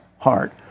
heart